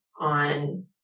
on